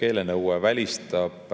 keelenõue on, välistab